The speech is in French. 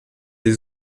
des